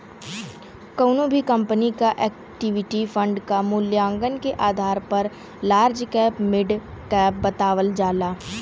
कउनो भी कंपनी क इक्विटी फण्ड क मूल्यांकन के आधार पर लार्ज कैप मिड कैप बतावल जाला